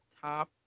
top